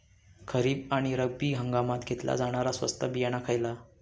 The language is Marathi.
खरीप आणि रब्बी हंगामात घेतला जाणारा स्वस्त बियाणा खयला?